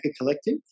Collective